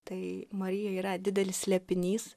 tai marija yra didelis slėpinys